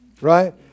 right